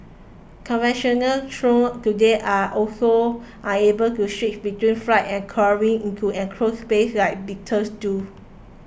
conventional drones today are also unable to switch between flight and crawling into enclosed spaces like beetles do